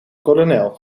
kolonel